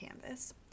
canvas